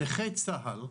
נכה צה"ל,